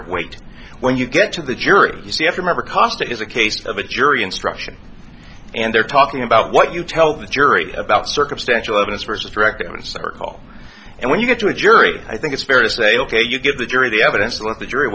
of weight when you get to the jury you see every member cost is a case of a jury instruction and they're talking about what you tell the jury about circumstantial evidence versus direct in a circle and when you get to a jury i think it's fair to say ok you give the jury the evidence and let the jury